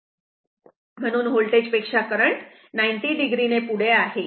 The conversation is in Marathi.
म्हणून वोल्टेज पेक्षा करंट 90o ने पुढे आहे